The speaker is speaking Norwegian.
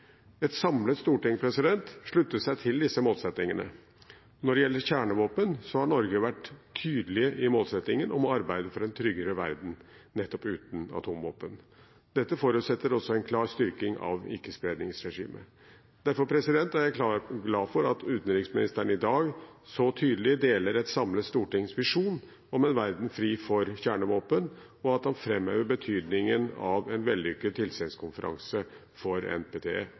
Et samlet storting sluttet seg til disse målsettingene. Når det gjelder kjernevåpen, har Norge vært tydelig i målsettingen om arbeidet for en tryggere verden, nettopp uten atomvåpen. Dette forutsetter også en klar styrking av ikkespredningsregimet. Derfor er jeg glad for at utenriksministeren i dag så tydelig deler et samlet stortings visjon om en verden fri for kjernevåpen, og at han framhever betydningen av en vellykket tilsynskonferanse for